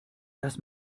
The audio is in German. dass